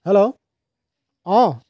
hello অঁ